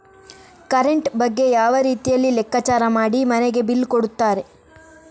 Current ಬಗ್ಗೆ ಯಾವ ರೀತಿಯಲ್ಲಿ ಲೆಕ್ಕಚಾರ ಮಾಡಿ ಮನೆಗೆ ಬಿಲ್ ಕೊಡುತ್ತಾರೆ?